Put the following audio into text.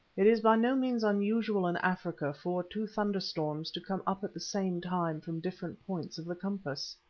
it is by no means unusual in africa for two thunderstorms to come up at the same time from different points of the compass.